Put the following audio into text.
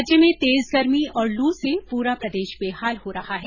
राज्य में तेज गर्मी और लू से पूरा प्रदेश बेहाल हो रहा है